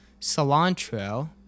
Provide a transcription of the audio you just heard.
cilantro